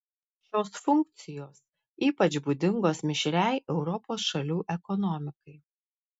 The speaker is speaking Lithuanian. šios funkcijos ypač būdingos mišriai europos šalių ekonomikai